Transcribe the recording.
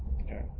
okay